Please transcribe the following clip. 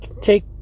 take